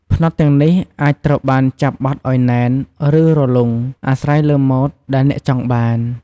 ផ្នត់ទាំងនេះអាចត្រូវបានចាប់បត់ឲ្យណែន ឬរលុង អាស្រ័យលើម៉ូដដែលអ្នកចង់បាន។